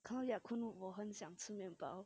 看到 yakun 我很想吃面包